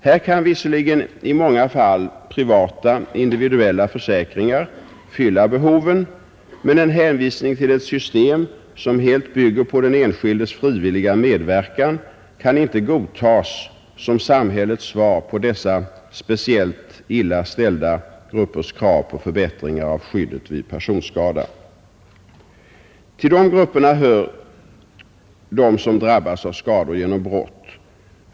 Här kan visserligen i många fall privata, individuella försäkringar fylla behoven, men en hänvisning till ett system som helt bygger på den enskildes frivilliga medverkan kan inte godtas som samhällets svar på dessa speciellt illa ställda gruppers krav på förbättringar av skyddet vid personskada. Till dessa grupper hör de som drabbas av skador genom brott.